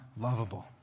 lovable